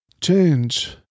Change